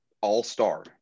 all-star